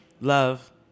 love